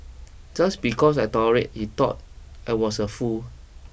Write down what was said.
just because I tolerated he thought I was a fool